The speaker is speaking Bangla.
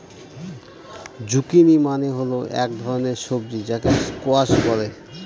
জুকিনি মানে হল এক ধরনের সবজি যাকে স্কোয়াশ বলে